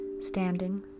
standing